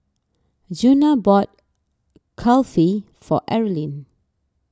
Djuna bought Kulfi for Erlene